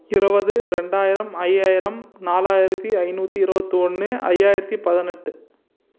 இருபது ரெண்டாயிரம் ஐயாயிரம் நாளாயிரத்தி ஐநூற்றி இருபத்து ஒன்று ஐயாயிரத்தி பதினெட்டு